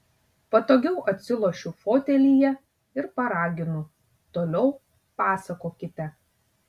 patogiau atsilošiu fotelyje ir paraginu toliau pasakokite